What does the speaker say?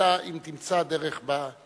אלא אם כן תמצא דרך בתקנון.